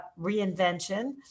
reinvention